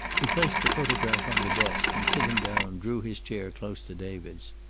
he placed the photograph on the desk, and sitting down, drew his chair close to david's.